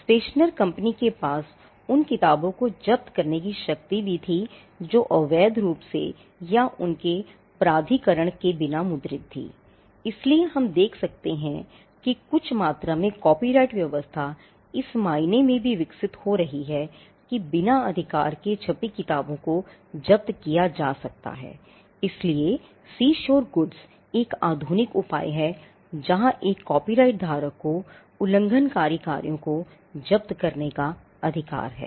स्टेशनर एक आधुनिक उपाय है जहां एक कॉपीराइट धारक को उल्लंघनकारी कार्यों को जब्त करने का अधिकार है